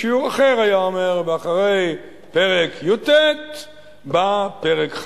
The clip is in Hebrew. בשיעור אחר היה אומר: ואחרי פרק י"ט בא פרק כ'.